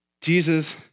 Jesus